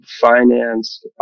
finance